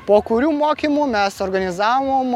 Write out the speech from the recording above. po kurių mokymų mes suorganizavom